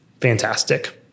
fantastic